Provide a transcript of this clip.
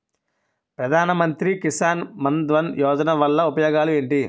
ప్రధాన మంత్రి కిసాన్ మన్ ధన్ యోజన వల్ల ఉపయోగాలు ఏంటి?